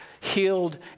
healed